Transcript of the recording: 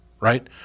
right